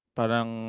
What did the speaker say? parang